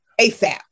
ASAP